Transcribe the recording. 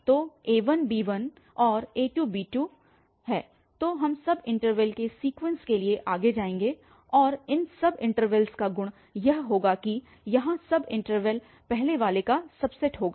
तो a1 b1 और a2 b2 तो हम सबइंटरवल के सीक्वेन्स के लिए जाएंगे और इन सबइंटरवल्स की गुण यह होगा कि यहाँ सबइंटरवल पहले वाले का सबसेट होगा